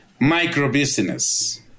microbusiness